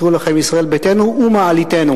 יקראו לכם: ישראל ביתנו ומעליתנו.